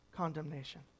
condemnation